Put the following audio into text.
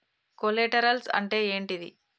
Collaterals అంటే ఏంటిది?